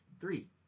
Three